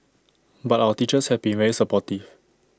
but our teachers have been very supportive